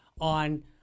on